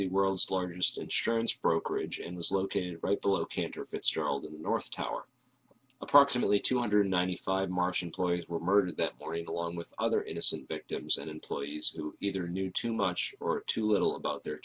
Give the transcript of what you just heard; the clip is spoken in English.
the world's largest insurance brokerage and was located right below cantor fitzgerald in the north tower approximately two hundred ninety five martian ploys were murdered that morning along with other innocent victims and employees who either knew too much or too little about their